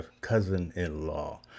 cousin-in-law